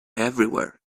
everywhere